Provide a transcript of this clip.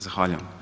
Zahvaljujem.